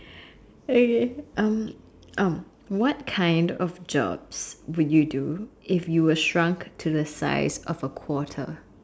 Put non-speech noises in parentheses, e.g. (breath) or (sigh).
(breath) okay um um what kind of jobs would you do if you were shrunk to the size of a quarter